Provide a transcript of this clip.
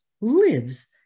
lives